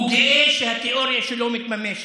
הוא גאה שהתיאוריה שלו מתממשת.